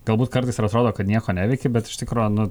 galbūt kartais ir atrodo kad nieko neveiki bet iš tikro nu